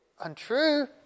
untrue